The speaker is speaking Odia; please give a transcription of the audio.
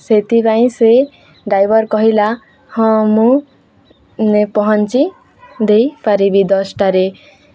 ସେଥିପାଇଁ ସେ ଡ୍ରାଇଭର୍ କହିଲା ହଁ ମୁଁ ପହଞ୍ଚି ଦେଇପାରିବି ଦଶଟାରେ